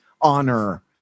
honor